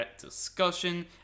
discussion